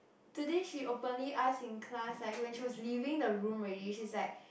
today she openly ask in class like when she was leaving the room already she's like